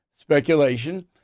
speculation